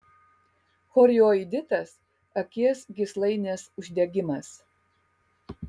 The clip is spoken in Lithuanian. chorioiditas akies gyslainės uždegimas